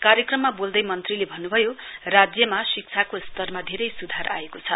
कार्यक्रममा वोल्दै मन्त्रीले भन्नुभयो राज्यमा शिक्षाको स्तरमा धेरै सुधार आएको छ